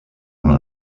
una